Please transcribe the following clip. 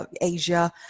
Asia